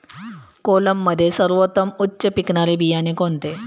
कोलममध्ये सर्वोत्तम उच्च पिकणारे बियाणे कोणते?